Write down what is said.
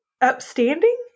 upstanding